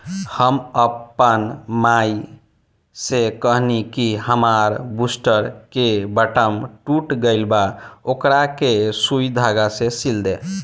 हम आपन माई से कहनी कि हामार बूस्टर के बटाम टूट गइल बा ओकरा के सुई धागा से सिल दे